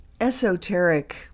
esoteric